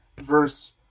verse